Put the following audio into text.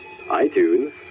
iTunes